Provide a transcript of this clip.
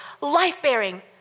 life-bearing